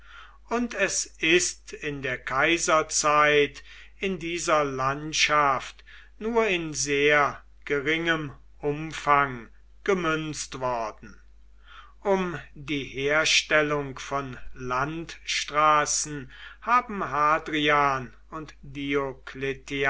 und es ist in der kaiserzeit in dieser landschaft nur in sehr geringem umfang gemünzt worden um die herstellung von landstraßen haben hadrian und